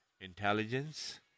intelligence